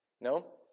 No